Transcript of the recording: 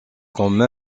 comme